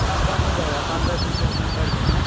हाँ कम हो जाएगा पाँच दस रुपया कम कर देंगे